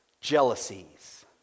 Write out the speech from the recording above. jealousies